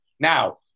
Now